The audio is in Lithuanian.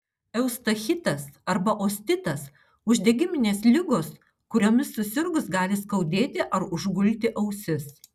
eustachitas arba ostitas uždegiminės ligos kuriomis susirgus gali skaudėti ar užgulti ausis